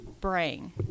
brain